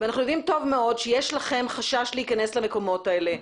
ואנחנו יודעים טוב מאוד שיש לכם חשש מלהיכנס למקומות האלה.